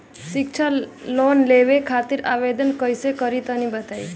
शिक्षा लोन लेवे खातिर आवेदन कइसे करि तनि बताई?